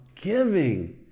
giving